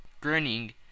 grinning